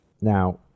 Now